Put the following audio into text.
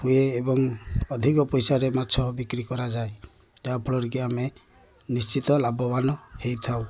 ହୁଏ ଏବଂ ଅଧିକ ପଇସାରେ ମାଛ ବିକ୍ରି କରାଯାଏ ଯାହାଫଳରେ କି ଆମେ ନିଶ୍ଚିତ ଲାଭବାନ ହୋଇଥାଉ